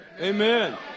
Amen